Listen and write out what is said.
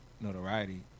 notoriety